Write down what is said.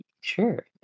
sure